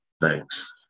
Thanks